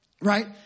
right